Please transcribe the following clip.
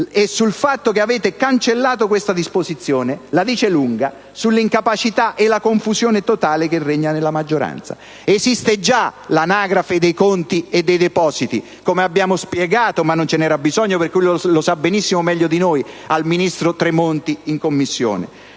con cui ciascun contribuente opera, la dice lunga sull'incapacità e sulla confusione totale che regnano nella maggioranza. Esiste già l'anagrafe dei conti e dei depositi, come abbiamo spiegato, anche se non ce n'era bisogno perché lo sa benissimo e meglio di noi, al ministro Tremonti in Commissione.